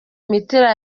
imipira